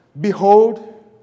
Behold